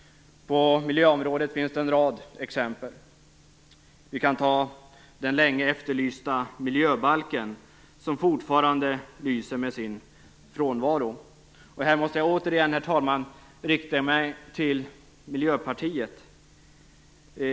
På miljöområdet finns det en rad exempel. Ett exempel är den länge efterlysta miljöbalken som fortfarande lyser med sin frånvaro. Herr talman! Här måste jag återigen rikta mig till Miljöpartiet.